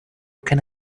can